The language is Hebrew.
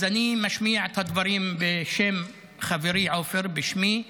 אז אני משמיע את הדברים בשם חברי עופר ובשמי,